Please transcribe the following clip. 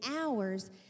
hours